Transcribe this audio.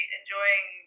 enjoying